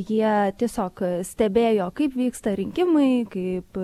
jie tiesiog stebėjo kaip vyksta rinkimai kaip